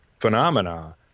phenomena